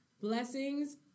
blessings